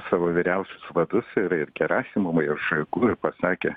savo vyriausius vadus ir ir gerahimovą ir šaigu ir pasakė